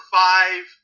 five